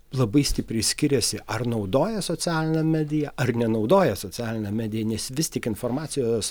labai stipriai skiriasi ar naudoja socialinę mediją ar nenaudoja socialinę mediją nes vis tik informacijos